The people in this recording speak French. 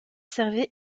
servait